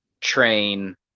train